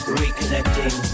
reconnecting